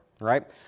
right